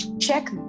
check